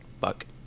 Fuck